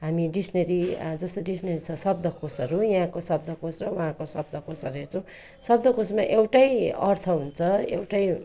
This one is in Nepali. हामी डिसनेरी जस्तो डिस्नेरी छ शब्दकोशहरू यहाँको शब्दकोश र उहाँको शब्दकोशहरू हेर्छु शब्दकोशमा एउटै अर्थ हुन्छ एउटै